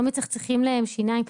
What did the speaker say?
לא מצחצחים להם שיניים.